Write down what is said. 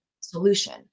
solution